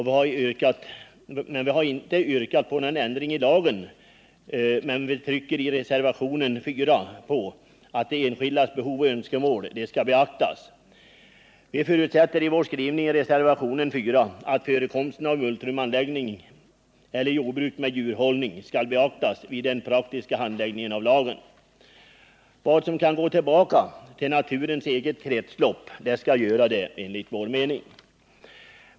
Vi har inte yrkat på en ändring i lagen men trycker i reservationen 4 på att de enskildas behov och önskemål bör beaktas. Vi förutsätter i reservationen att förekomsten av multrumanläggning eller djurhållning på jordbruksfastighet skall beaktas vid den praktiska tillämpningen av lagen. Vad som kan gå tillbaka i naturens eget kretslopp skall göra det. Jag yrkar bifall till reservationen 4.